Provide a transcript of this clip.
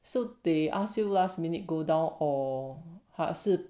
so they ask you last minute go down or 还是